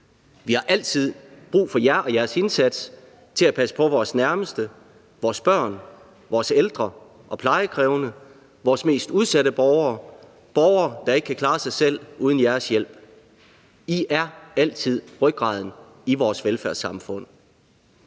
Vi har altid brug for jer og jeres indsats til at passe på vores nærmeste, vores børn, vores ældre og plejekrævende, vores mest udsatte borgere – borgere, der ikke kan klare sig selv uden jeres hjælp. I er altid rygraden i vores velfærdssamfund.